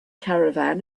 caravan